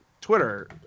Twitter